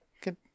Good